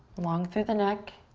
long through the neck.